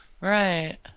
Right